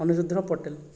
Anurudra Patel